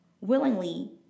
willingly